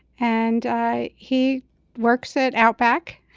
and i. he works it out back